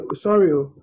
Sorry